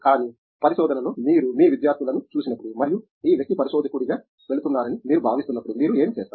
కానీ పరిశోధనలో మీరు మీ విద్యార్థులను చూసినప్పుడు మరియు ఈ వ్యక్తి పరిశోధకుడిగా వెళుతున్నారని మీరు భావిస్తున్నప్పుడు మీరు ఏమి చూస్తారు